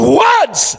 words